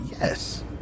Yes